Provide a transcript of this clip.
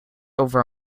over